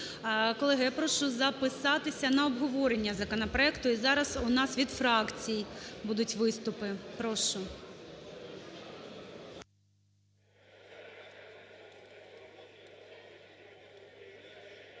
Колеги, я прошу записатися на обговорення законопроекту. І зараз у нас від фракцій будуть виступи. Прошу.